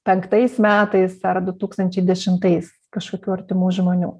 penktais metais ar du tūkstančiai dešimtais kažkokių artimų žmonių